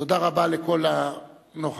תודה רבה לכל הנוכחים.